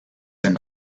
there